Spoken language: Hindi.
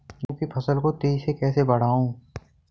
गेहूँ की फसल को तेजी से कैसे बढ़ाऊँ?